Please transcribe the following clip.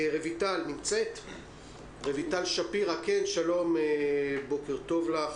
שלום רויטל, בוקר טוב לך.